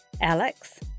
Alex